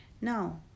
now